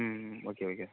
ம் okay okay